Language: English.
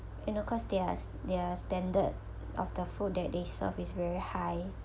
and of course their's their standard of the food that they serve is very high